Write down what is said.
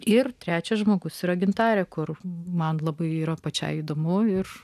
ir trečias žmogus yra gintarė kur man labai vyro pačiai įdomu ir